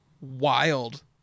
wild